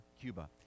Cuba